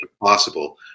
possible